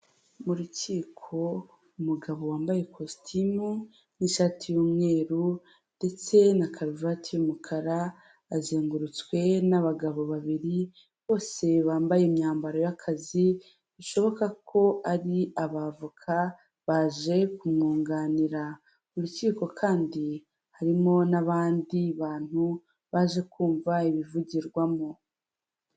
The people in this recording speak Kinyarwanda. Mu rukiko umugabo wambaye ikositimu n'ishati y'umweru ndetse na karuvati y'umukara azengurutswe n'abagabo babiri bose bambaye imyambaro y'akazi bishoboka ko ari abavoka baje kumwunganira, mu rukiko kandi harimo n'abandi bantu baje kumva ibivugirwamo.